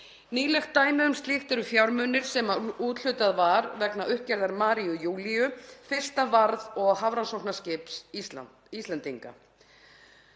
Nýlegt dæmi um slíkt eru fjármunir sem úthlutað var vegna uppgerðar Maríu Júlíu, fyrsta varð- og hafrannsóknaskips Íslendinga.